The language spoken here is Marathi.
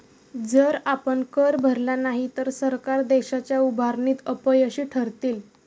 जर आपण कर भरला नाही तर सरकार देशाच्या उभारणीत अपयशी ठरतील